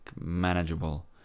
manageable